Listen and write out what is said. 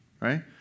right